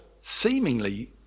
seemingly